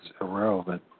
irrelevant